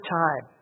time